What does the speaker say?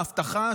ההבטחה,